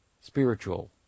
spiritual